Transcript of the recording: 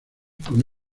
con